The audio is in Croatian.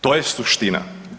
To je suština.